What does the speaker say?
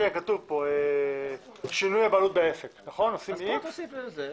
כתוב כאן שינוי הבעלות בעסק ויסומן איקס.